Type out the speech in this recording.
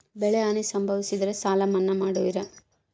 ಬೆಳೆಹಾನಿ ಸಂಭವಿಸಿದರೆ ಸಾಲ ಮನ್ನಾ ಮಾಡುವಿರ?